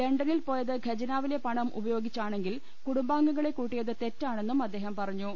ലണ്ടനിൽ പോയത് ഖജനാവിലെ പണം ഉപയോഗിച്ചാണെങ്കിൽ കുടുംബാംഗങ്ങളെ കൂട്ടിയത് തെറ്റാണെന്നും അദ്ദേഹം പറഞ്ഞു